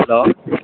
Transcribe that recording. hello